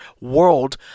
world